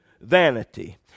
vanity